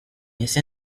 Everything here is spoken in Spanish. ese